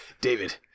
David